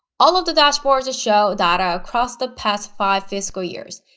all of the dashboards show data across the past five fiscal years.